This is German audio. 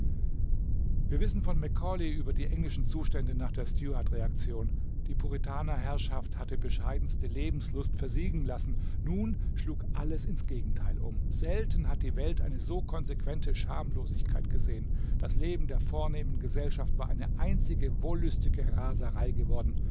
wir wissen von macaulay über die englischen zustände nach der stuart-reaktion die puritanerherrschaft hatte bescheidenste lebenslust versiegen lassen nun schlug alles ins gegenteil um selten hat die welt eine so konsequente schamlosigkeit gesehen das leben der vornehmen gesellschaft war eine einzige wollüstige raserei geworden